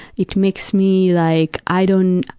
it makes me like, i don't,